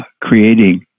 creating